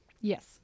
yes